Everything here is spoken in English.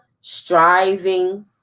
striving